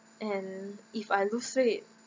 and if I lose weight